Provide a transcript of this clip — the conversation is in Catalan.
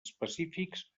específics